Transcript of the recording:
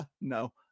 no